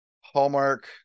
Hallmark